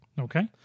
Okay